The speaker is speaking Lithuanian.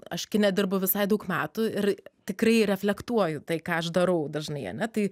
aš kine dirbu visai daug metų ir tikrai reflektuoju tai ką aš darau dažnai ane tai